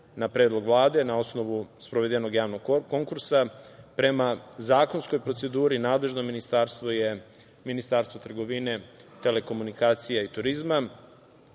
na predlog Vlade na osnovu sprovedenog javnog konkursa. Prema zakonskoj proceduri nadležno ministarstvo je Ministarstvo trgovine, telekomunikacija i turizma.